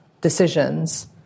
decisions